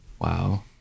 Wow